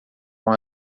com